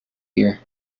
here